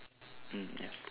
mm ya